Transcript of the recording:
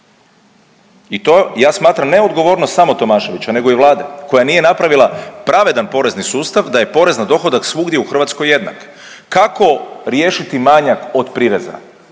I to ja smatram neodgovorno ne samo od Tomaševića nego i Vlade koja nije napravila pravedan porezni sustav da je porez na dohodak svugdje u Hrvatskoj jednak. Kako riješiti manjak od prireza?